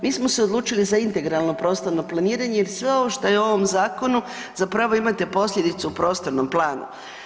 Mi smo se odlučili za integralno prostorno planiranje jer sve ovo što je u ovom zakonu zapravo imate posljedicu u prostornom planu.